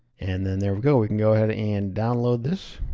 and then there we go. we can go ahead and download this.